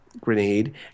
grenade